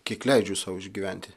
kiek leidžiu sau išgyventi